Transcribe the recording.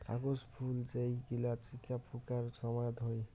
কাগজ ফুল যেই গিলা চিকা ফুঁকার সময়ত হই